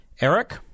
Eric